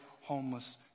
homeless